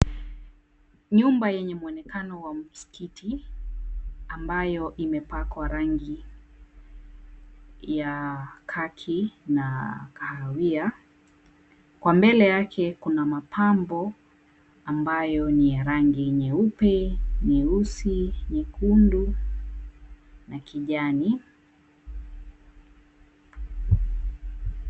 Nyumba yenye muonekano wa msikiti ambayo imepakwa rangi ya kaki na kahawia. Kwa mbele yake kuna mapambo ambayo ni ya rangi nyeupe, nyeusi, nyekundu na kijani.